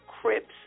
Crips